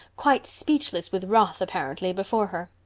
quite speechless with wrath apparently, before her.